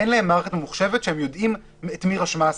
אין להם מערכת ממוחשבת שהם יודעים את מי רשמה הסיעה.